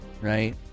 right